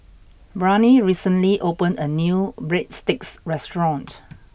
Brianne recently opened a new Breadsticks restaurant